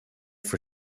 for